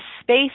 space